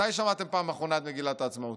מתי שמעתם פעם אחרונה את מגילת העצמאות?